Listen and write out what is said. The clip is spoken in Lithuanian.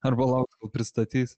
arba laukt kol pristatys